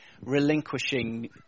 relinquishing